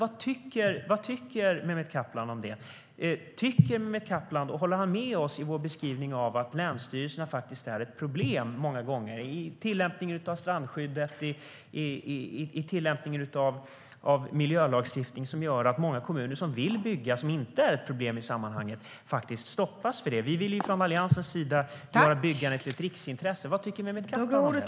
Vad tycker Mehmet Kaplan om det? Vi i Alliansen vill göra byggandet till ett riksintresse. Vad tycker Mehmet Kaplan om det?